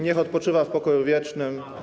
Niech odpoczywa w pokoju wiecznym.